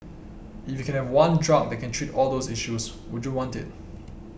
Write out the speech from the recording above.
if you can have one drug that can treat all those issues would you want it